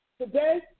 today